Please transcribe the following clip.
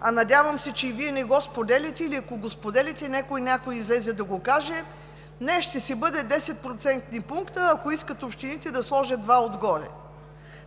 а, надявам се, че Вие не го споделяте, или ако го споделяте, нека някой да излезе да го каже – не, ще си бъде 10-процентни пункта, ако искат общините да сложат два отгоре.